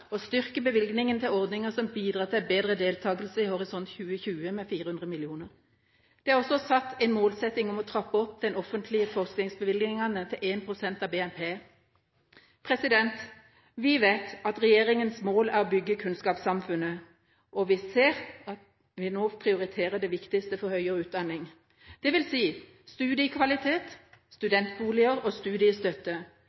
og styrke bevilgninga til ordninger som bidrar til bedre deltakelse i Horisont 2020 med 400 mill. kr. Det er også satt en målsetting om å trappe opp den offentlige forskningsbevilgninga til 1 pst. av BNP. Vi vet at regjeringas mål er å bygge kunnskapssamfunnet, og vi ser at vi nå prioriterer det viktigste for høyere utdanning, dvs. studiekvalitet,